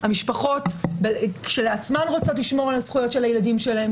המשפחות כשלעצמן רוצות לשמור על הזכויות של הילדים שלהן.